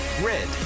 Red